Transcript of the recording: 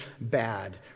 bad